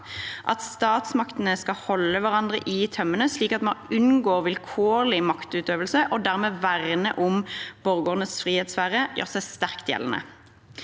statsmakten skal holde hverandre i tømmene slik at man unngår vilkårlig maktutøvelse og dermed verner om borgernes frihetssfære – gjør seg sterkt gjeldende.»